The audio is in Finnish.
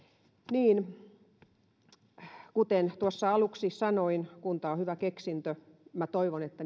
niin kuten tuossa aluksi sanoin kunta on hyvä keksintö toivon että